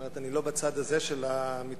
זאת אומרת, אני לא בצד הזה של המתרס,